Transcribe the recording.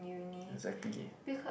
exactly